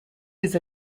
his